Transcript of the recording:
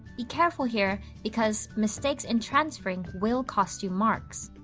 be careful here, because mistakes in transferring will cost you marks.